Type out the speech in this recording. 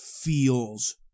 feels